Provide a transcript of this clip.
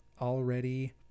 already